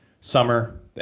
summer